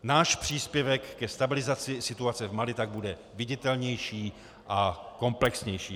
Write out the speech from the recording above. Náš příspěvek ke stabilizaci situace v Mali tak bude viditelnější a komplexnější.